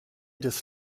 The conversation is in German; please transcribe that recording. des